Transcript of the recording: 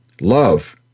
Love